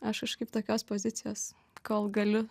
aš kažkaip tokios pozicijos kol galiu